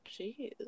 jeez